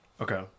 Okay